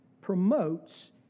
promotes